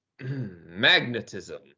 magnetism